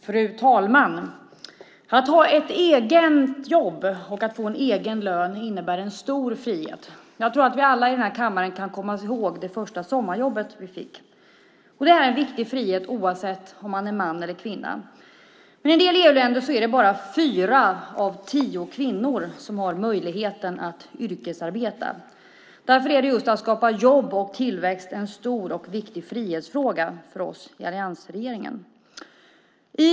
Fru talman! Att ha ett eget jobb och få egen lön innebär en stor frihet. Jag tror att vi alla här i kammaren kan komma ihåg det första sommarjobbet vi fick. Detta är en viktig frihet för både män och kvinnor. Men i en del EU-länder är det bara fyra av tio kvinnor som har möjligheten att yrkesarbeta. Därför är att skapa jobb och tillväxt en stor och viktig frihetsfråga för oss i alliansregeringen.